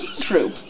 True